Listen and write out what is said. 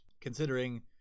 considering